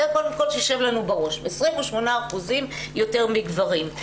זה קודם כל שיישב לנו בראש, 28% יותר מגברים.